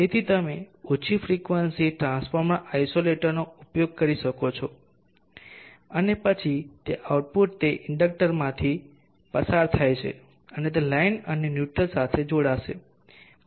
તેથી તમે ઓછી ફ્રિકવન્સી ટ્રાન્સફોર્મર આઇસોલેટરનો ઉપયોગ કરી શકો છો અને તે પછી તે આઉટપુટ તે ઇન્ડક્ટક્ટરમાંથી પસાર થાય છે અને તે લાઇન અને ન્યુટ્રલ સાથે જોડાશે